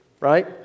right